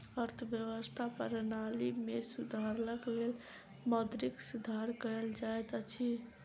अर्थव्यवस्था प्रणाली में सुधारक लेल मौद्रिक सुधार कयल जाइत अछि